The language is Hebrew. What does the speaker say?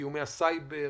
באיומי הסייבר,